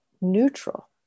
neutral